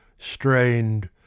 strained